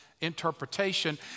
interpretation